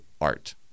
art